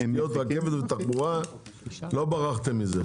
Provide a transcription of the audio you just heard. תשתיות רכב ותחבורה לא ברחתם מזה.